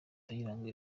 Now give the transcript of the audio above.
kayiranga